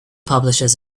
publishes